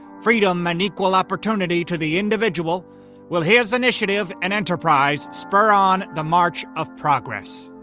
freedom and equal opportunity to the individual will his initiative and enterprise spur on the march of progress